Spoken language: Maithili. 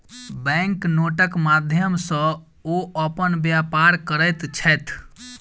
बैंक नोटक माध्यम सॅ ओ अपन व्यापार करैत छैथ